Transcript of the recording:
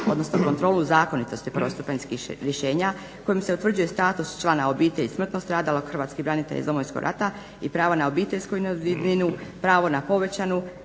odnosno kontrolu zakonitosti prvostupanjskih rješenja kojim se utvrđuje status člana obitelji i smrtno stradalog hrvatskog branitelja iz Domovinskog rata i pravo na obiteljsku invalidninu, pravo na povećanu,